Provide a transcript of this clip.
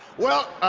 well,